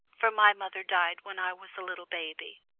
for my mother died when i was a little baby.